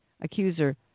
accuser